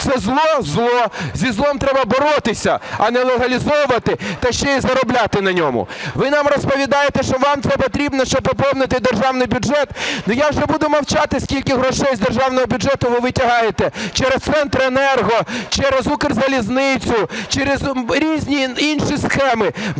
Це зло? Зло. Зі злом треба боротися, а не легалізовувати та ще й заробляти на ньому. Ви нам розповідаєте, що вам це потрібно, щоб поповнити державний бюджет, ну, я ж не буду мовчати, скільки грошей з державного бюджету ви витягаєте через "Центренерго", через "Укрзалізницю", через різні інші схеми